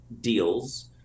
deals